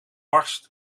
barst